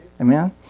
Amen